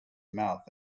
mouth